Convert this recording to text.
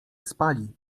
spali